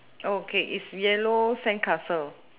okay is yellow sandcastle